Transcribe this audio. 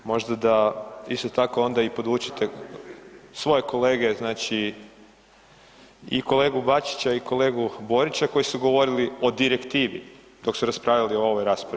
Možda da isto tako možda i podučite svoje kolege znači i kolegu Bačića i kolegu Borića koji su govorili o direktivi dok su raspravljali o ovoj raspravi.